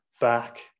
back